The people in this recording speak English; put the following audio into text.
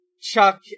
Chuck